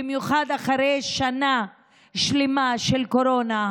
במיוחד אחרי שנה שלמה של קורונה.